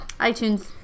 iTunes